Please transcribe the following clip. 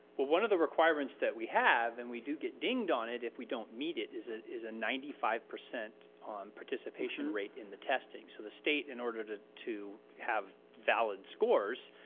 well one of the requirements that we have, and we do get dinged on it if we don't meet it is it is a ninety five percent on participation rate in the testing. so the state, in order to to have valid scores,